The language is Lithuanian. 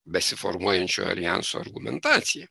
besiformuojančių aljansų argumentacija